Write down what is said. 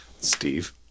Steve